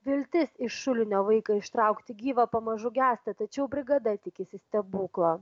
viltis iš šulinio vaiką ištraukti gyvą pamažu gęsta tačiau brigada tikisi stebuklo